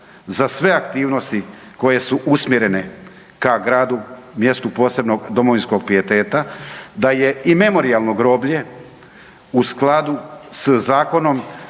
za sve aktivnosti koje su usmjerene ka gradu, mjestu posebnog domovinskog pijeteta. Da je i Memorijalno groblje u skladu s zakonom